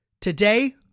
Today